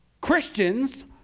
Christians